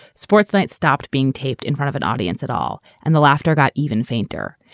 sports night stopped being taped in front of an audience at all and the laughter got even fainter.